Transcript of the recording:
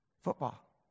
Football